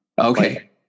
okay